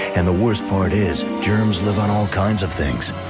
and the worst part is germs live on all kinds of things,